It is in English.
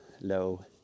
low